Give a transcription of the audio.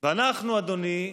ואנחנו, אדוני,